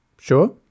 Sure